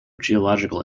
geological